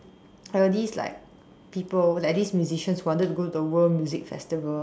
there were these like people like these musicians who wanted to go to a world music festival